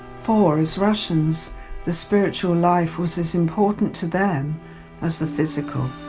for as russians the spiritual life was as important to them as the physical.